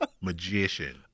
Magician